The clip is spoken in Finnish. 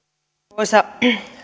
arvoisa